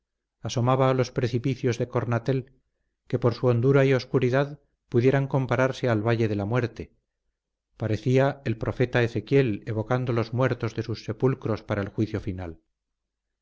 asomada a los precipicios de cornatel que por su hondura y oscuridad pudieran compararse al valle de la muerte parecía el profeta ezequiel evocando los muertos de sus sepulcros para el juicio final